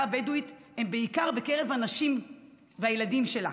הבדואית היא בעיקר בקרב הנשים והילדים שלה,